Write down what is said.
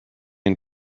and